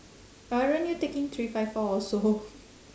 aren't you taking three five four also